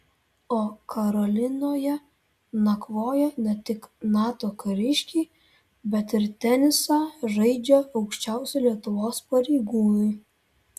o karolinoje nakvoja ne tik nato kariškiai bet ir tenisą žaidžia aukščiausi lietuvos pareigūnai